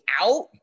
out